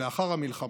לאחר המלחמה,